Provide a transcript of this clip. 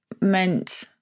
meant